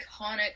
iconic